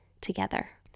together